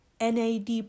NAD